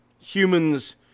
Humans